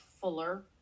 fuller